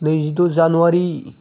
नैजिद' जानुवारि